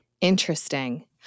Interesting